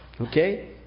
Okay